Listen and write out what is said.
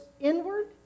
inward